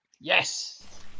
Yes